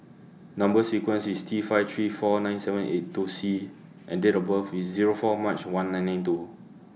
Number sequence IS T five three four nine seven eight two C and Date of birth IS Zero four March one nine nine two